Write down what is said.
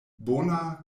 bona